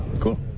Cool